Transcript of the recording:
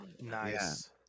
nice